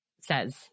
says